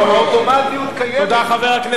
האוטומטיות קיימת.